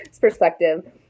perspective